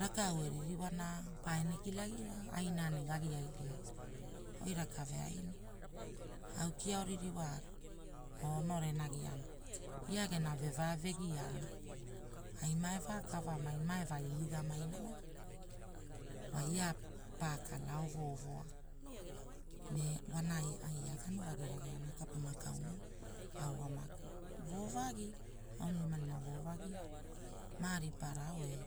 Rakau eniriwana paene kilagira aina ne gagia iliana. Oi raka veaina, au kia oririwana, oo ono nenagia, eagena wevavegiana, ai mae vakavamaina mae vailigamaina wa. Wai ia, pa kala ovo ovoa. Ne vonai ai ia ganugagi rageana kapuna kauna woa, au amaku. Wovaagi, aulimalima woo vagi, maa riparao e,